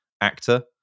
actor